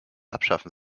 abschaffen